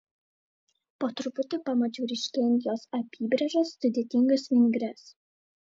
po truputį pamačiau ryškėjant jos apybrėžas sudėtingas vingrias